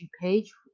page